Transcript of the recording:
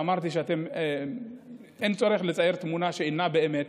כשאמרתי שאין צורך לצייר תמונה שאינה באמת,